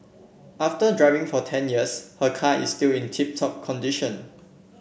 after driving for ten years her car is still in tip top condition